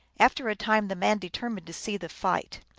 after a time the man determined to see the fight.